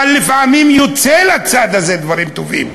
אבל לפעמים יוצאים לצד הזה דברים טובים.